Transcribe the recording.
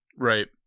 Right